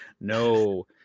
No